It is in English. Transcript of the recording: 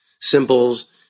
symbols